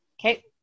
Okay